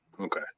Okay